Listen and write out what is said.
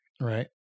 right